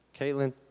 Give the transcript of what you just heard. Caitlin